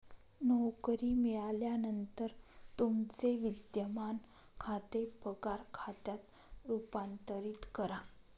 नोकरी मिळाल्यानंतर तुमचे विद्यमान खाते पगार खात्यात रूपांतरित करा